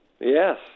Yes